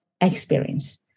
experience